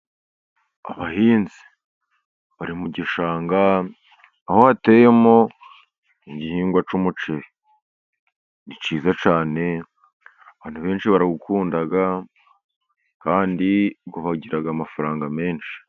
Abahinzi bari mu gishanga aho hateyemo igihingwa cy'umuceri, ni cyiza cyane abantu benshi barawukunda kandi ugira amafaranga menshi.